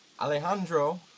Alejandro